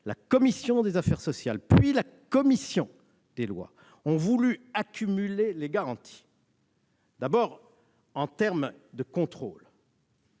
la commission des affaires sociales et la commission des lois ont voulu accumuler les garanties. En termes de contrôle,